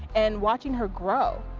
and watching her grow.